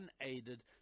unaided